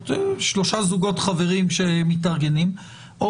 שלושה זוגות חברים שמתארגנים,